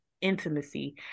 intimacy